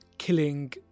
killing